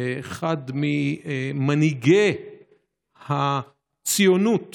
אחד ממנהיגי הציונות